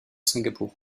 singapour